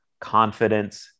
confidence